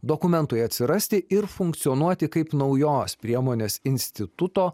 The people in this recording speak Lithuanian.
dokumentui atsirasti ir funkcionuoti kaip naujos priemonės instituto